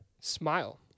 Smile